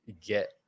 get